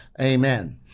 Amen